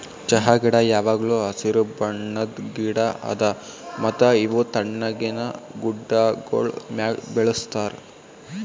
ಚಹಾ ಗಿಡ ಯಾವಾಗ್ಲೂ ಹಸಿರು ಬಣ್ಣದ್ ಗಿಡ ಅದಾ ಮತ್ತ ಇವು ತಣ್ಣಗಿನ ಗುಡ್ಡಾಗೋಳ್ ಮ್ಯಾಲ ಬೆಳುಸ್ತಾರ್